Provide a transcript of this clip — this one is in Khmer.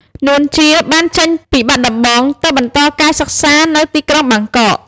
នួន ជា បានចេញពីបាត់ដំបងទៅបន្តការសិក្សានៅទីក្រុងបាងកក។